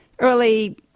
early